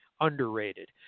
underrated